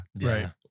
Right